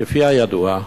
כידוע,